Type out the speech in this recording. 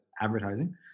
advertising